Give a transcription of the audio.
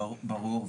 ברור.